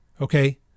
Okay